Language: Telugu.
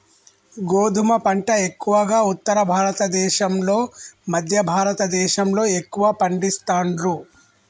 గోధుమ పంట ఎక్కువగా ఉత్తర భారత దేశం లో మధ్య భారత దేశం లో ఎక్కువ పండిస్తాండ్లు